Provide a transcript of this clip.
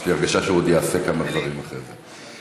יש לי הרגשה שהוא יעשה עוד כמה דברים אחרי זה.